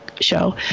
show